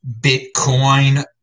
Bitcoin